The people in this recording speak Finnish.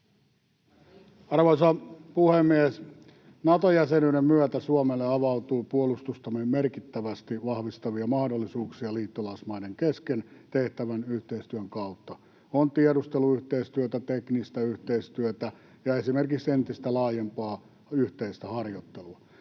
Arvoisa puhemies! Nato-jäsenyyden myötä Suomelle avautuu puolustustamme merkittävästi vahvistavia mahdollisuuksia liittolaismaiden kesken tehtävän yhteistyön kautta: on tiedusteluyhteistyötä, teknistä yhteistyötä ja esimerkiksi entistä laajempaa yhteistä harjoittelua.